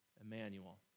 Emmanuel